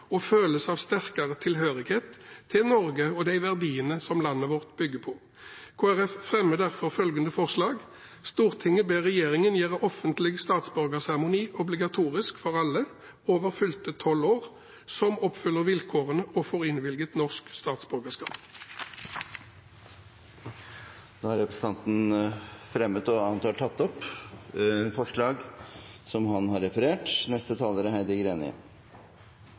og følelse av sterkere tilhørighet til Norge og de verdiene som landet bygger på. Kristelig Folkeparti fremmer derfor følgende forslag: «Stortinget ber regjeringen gjøre offentlig statsborgerseremoni obligatorisk for alle over fylte 12 år, som oppfyller vilkårene og får innvilget norsk statsborgerskap.» Representanten Geir Sigbjørn Toskedal har tatt opp det forslaget han refererte til. Formålet med lovendringene er